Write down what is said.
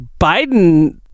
Biden